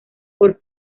por